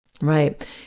Right